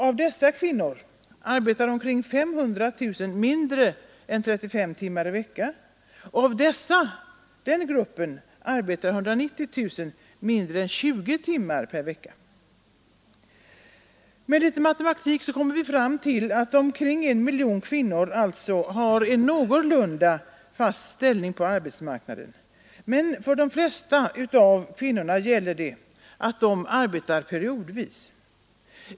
Av dessa arbetar omkring 500 000 mindre än 35 timmar i veckan — och av den gruppen arbetar 190 000 mindre än 20 timmar per vecka. Med litet matematik kommer vi fram till att omkring en miljon kvinnor alltså har en någorlunda fast ställning på arbetsmarknaden. Men för de flesta kvinnor gäller att de arbetar periodvis.